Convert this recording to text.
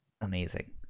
Amazing